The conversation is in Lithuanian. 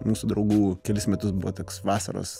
mūsų draugų kelis metus buvo toks vasaros